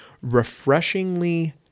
Refreshingly